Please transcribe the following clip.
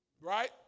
right